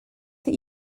that